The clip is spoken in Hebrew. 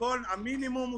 תודה על ההזדמנות.